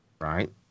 Right